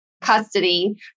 custody